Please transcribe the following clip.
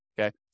okay